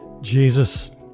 Jesus